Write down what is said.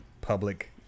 public